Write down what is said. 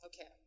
Okay